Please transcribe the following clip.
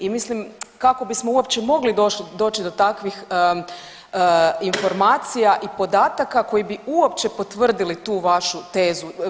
I mislim kako bismo uopće mogli doći do takvih informacija i podataka koji bi uopće potvrdili tu vašu tezu.